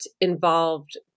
involved